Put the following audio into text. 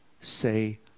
say